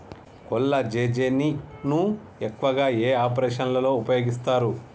కొల్లాజెజేని ను ఎక్కువగా ఏ ఆపరేషన్లలో ఉపయోగిస్తారు?